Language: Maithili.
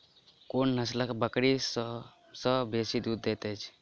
कोन नसलक बकरी सबसँ बेसी दूध देइत अछि?